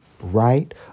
right